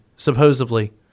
supposedly